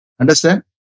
Understand